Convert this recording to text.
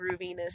grooviness